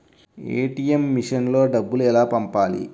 ATM మెషిన్లో డబ్బులు ఎలా పంపాలి?